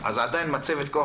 אז בין אם זה מבנה או כולם.